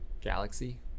galaxy